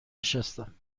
نشستم